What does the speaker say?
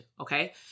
Okay